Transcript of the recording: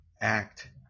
act